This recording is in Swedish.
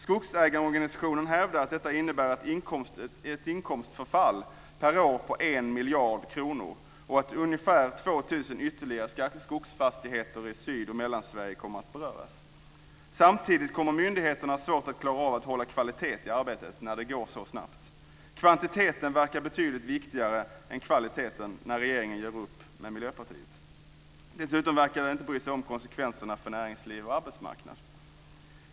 Skogsägarorganisationerna hävdar att detta innebär ett inkomstbortfall per år på 1 miljard kronor och att ytterligare ungefär 2 000 skogsfastigheter i Sydoch Mellansverige kommer att beröras. Samtidigt kommer myndigheterna att ha svårt att klara av att hålla kvalitet i arbetet när det går så snabbt. Kvantiteten verkar betydligt viktigare än kvaliteten när regeringen gör upp med Miljöpartiet. Dessutom verkar man inte bry sig om konsekvenserna för näringsliv och arbetsmarknad.